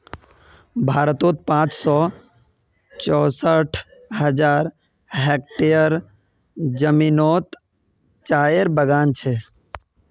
भारतोत पाँच सौ चौंसठ हज़ार हेक्टयर ज़मीनोत चायेर बगान छे